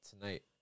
tonight